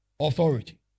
authority